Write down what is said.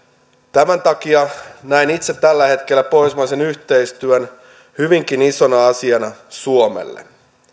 tämän takia näen itse tällä hetkellä pohjoismaisen yhteistyön hyvinkin isona asiana suomelle